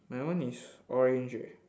my one is orange eh